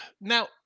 Now